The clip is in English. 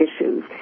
issues